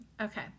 Okay